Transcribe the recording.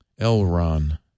Elrond